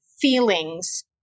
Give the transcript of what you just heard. feelings